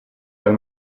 dal